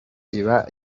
iba